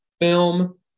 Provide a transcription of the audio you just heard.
film